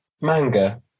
manga